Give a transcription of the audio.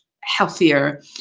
healthier